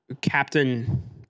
captain